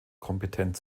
kompetent